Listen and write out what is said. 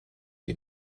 die